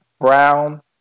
Brown